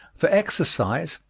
for exercise,